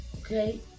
okay